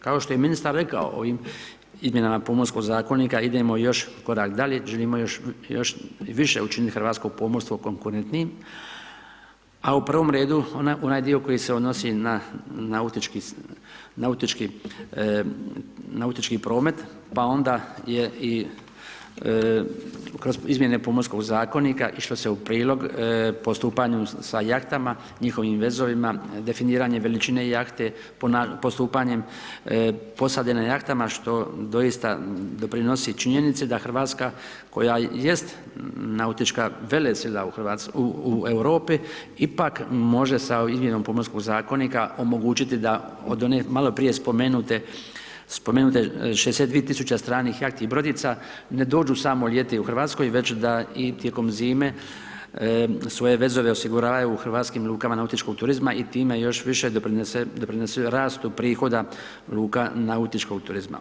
Kao što je ministar rekao, ovim izmjenama pomorskog zakonita, idemo još korak dalje, doživimo još i više učini u hrvatsko pomorstvo konkurentniji, a u prvom redu, onaj dio koji se odnosi na nautički promet, pa onda je i izmjene pomorskog zakonika, išlo se je u prilog postupanju sa jahtama, njihovim vezovima, definiranje veličine jahte, postupanjem posade na jahtama, što doista doprinosi činjenice da Hrvatska, koja jest nautička velesila u Europi, ipak može sa izmjenom pomorskog zakonita, omogućiti da od one maloprije spomenute 62 tisuće stranih jahti i brodica, ne dođu samo ljeti u Hrvatskoj, već da i tijekom zime, svoje vezove osiguravaju u hrvatskim lukama nautičkog turizma i time još više doprinose rastu prihoda luka nautičkog turizma.